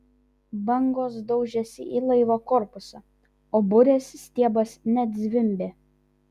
bangos daužėsi į laivo korpusą o burės stiebas net zvimbė